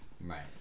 right